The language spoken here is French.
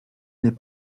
n’est